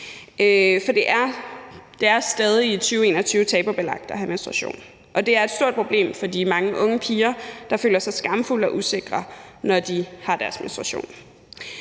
for det er stadig i 2021 tabubelagt at have menstruation. Og det er et stort problem for de mange unge piger, der føler sig skamfulde og usikre, når de har deres menstruation.